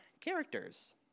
characters